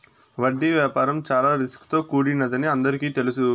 వడ్డీ వ్యాపారం చాలా రిస్క్ తో కూడినదని అందరికీ తెలుసు